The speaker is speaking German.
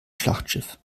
schlachtschiff